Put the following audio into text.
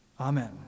Amen